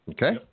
Okay